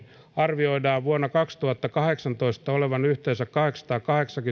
arvioidaan vuonna kaksituhattakahdeksantoista olevan yhteensä